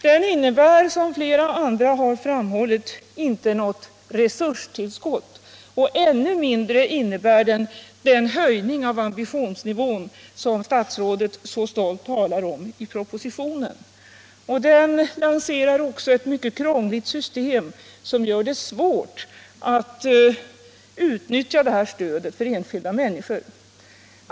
Som Per Bergman redan framhållit innebär propositionen inte något resurstillskott, och ännu mindre innebär den en sådan höjning av ambitionsnivån som statsrådet så stolt talar om i propositionen. Vidare lanserar den ett mycket krångligt system som gör det svårt för enskilda människor att utnyttja det föreslagna stödet.